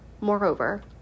Moreover